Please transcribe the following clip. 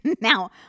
Now